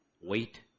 wait